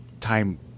time